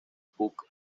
puck